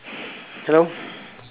hello